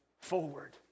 forward